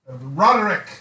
Roderick